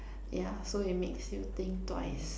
yeah so it makes you think twice